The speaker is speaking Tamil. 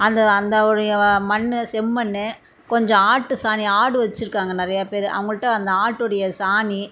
அந்த அதோடைய மண் செம்மண் கொஞ்சம் ஆட்டு சாணி ஆடு வச்சுருக்காங்க நிறையா பேர் அவங்கள்ட்ட அந்த ஆட்டுடைய சாணி